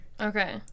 Okay